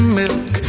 milk